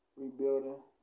rebuilding